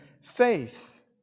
faith